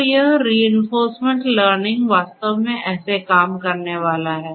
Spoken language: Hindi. तो यह रिइंफोर्समेंट लर्निंग वास्तव में ऐसे काम करने वाला है